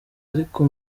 ariko